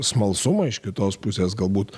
smalsumą iš kitos pusės galbūt